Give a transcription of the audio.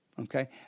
Okay